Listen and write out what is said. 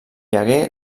hagué